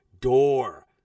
door